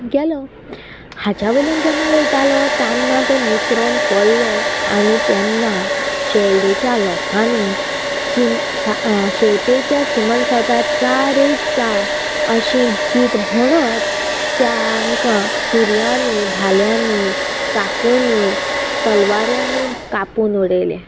गेलो हात्या वयल्यान जेन्ना वयतालो तान्ना तो निसरोन पडलो आनी तेन्ना शेल्डेच्या लोकांनी शीम शेळपेच्या चिमण सतां चा रे चा अशें गीत म्हणत त्यांकां सुर्यांनी भाल्यांनी चाकुनी तलवार्यांनी कापून उडयले